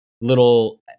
little